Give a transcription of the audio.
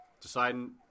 deciding